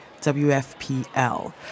WFPL